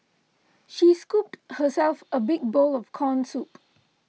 she scooped herself a big bowl of Corn Soup